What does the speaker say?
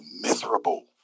miserable